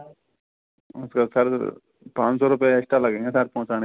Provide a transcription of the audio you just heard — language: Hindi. उसका सर पांच सौ रुपये एक्स्ट्रा लगेंगे सर पहुंचाने के